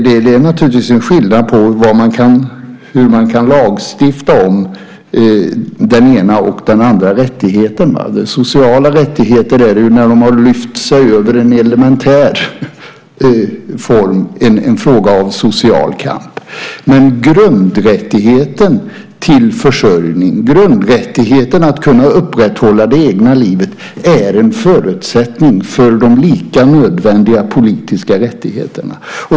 Det är en skillnad på hur man kan lagstifta om den ena och den andra rättigheten. Sociala rättigheter finns när man har lyft sig över en elementär nivå. Det är en fråga om social kamp. Grundrättigheten till försörjning, grundrättigheten att kunna upprätthålla det egna livet är en förutsättning för de lika nödvändiga politiska rättigheterna.